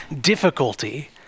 difficulty